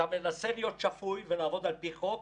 אתה מנסה להיות שפוי ולעבוד על פי חוק,